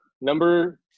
Number